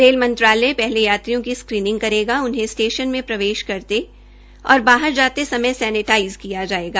rail मंत्रालय पहले यात्रियों की स्क्रीनिंग करेगा उन्हें स्टेशन में प्रवेश करते और बाहर जाने समय सैनेटाइज़र दिया किया जायेगा